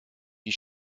die